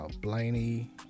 Blaney